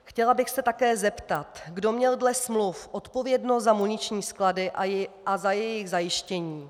Chtěla bych se také zeptat, kdo měl dle smluv odpovědnost za muniční sklady a za jejich zajištění.